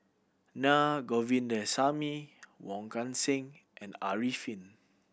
Naa Govindasamy Wong Kan Seng and Arifin